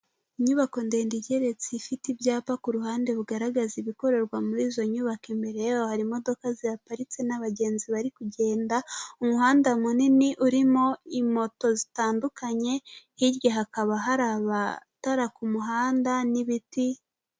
Inyubako ndende igeretse ifite ibyapa ku ruhande bigaragaza ibikorerwa muri izo nyubako, imbere yaho hari imodoka ziparitse n'abagenzi bari kugenda, umuhanda munini urimo imoto zitandukanye, hirya hakaba hari amatara ku muhanda n'ibiti.